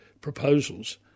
proposals